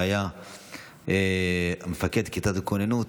שהיה מפקד כיתת הכוננות,